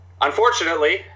unfortunately